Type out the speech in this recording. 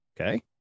Okay